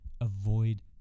avoid